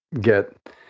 get